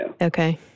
Okay